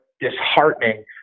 disheartening